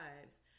lives